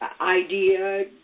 idea